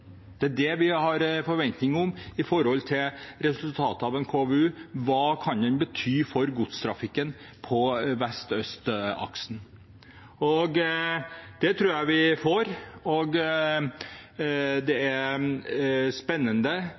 Det er det vi har forventning om når det gjelder resultatet av en KVU: Hva kan den bety for godstrafikken på vest–øst-aksen? Dette tror jeg vi får, og det er spennende,